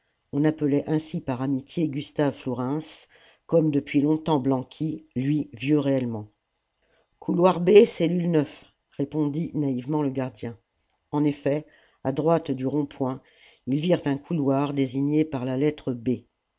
on appelait ainsi par amitié gustave flourens comme depuis longtemps blanqui lui vieux réellement couloir b cellule répondit naïvement le gardien en effet à droite du rond-point ils virent un couloir désigné par la lettre